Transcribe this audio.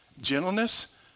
gentleness